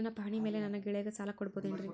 ನನ್ನ ಪಾಣಿಮ್ಯಾಲೆ ನನ್ನ ಗೆಳೆಯಗ ಸಾಲ ಕೊಡಬಹುದೇನ್ರೇ?